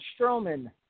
Strowman